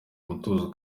umutuzo